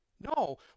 No